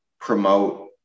promote